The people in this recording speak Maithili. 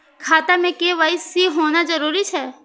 खाता में के.वाई.सी होना जरूरी छै?